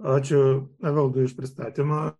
ačiū evaldui už pristatymą